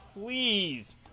please